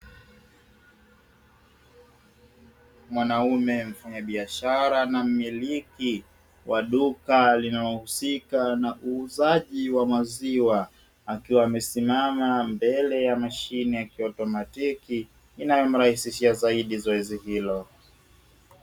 Mwanaume mfanyabiashara na mmiliki wa duka linalohusika na uuzaji wa maziwa, akiwa amesimama mbele ya mashine ya kiautomatiki inayomrahisishia zaidi zoezi hilo.